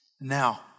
Now